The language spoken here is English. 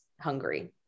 hungry